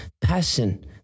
passion